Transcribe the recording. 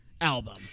album